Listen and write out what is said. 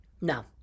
No